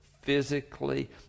physically